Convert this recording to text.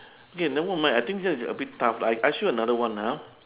K never mind I think this one is a bit tough lah I ask you another one ah